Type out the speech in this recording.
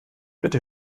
bitte